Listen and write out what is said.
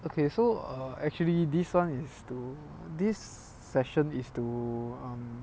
okay so err actually this [one] is to this session is to um